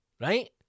right